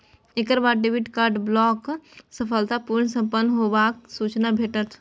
एकर बाद debit card block सफलतापूर्व संपन्न हेबाक सूचना भेटत